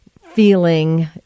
feeling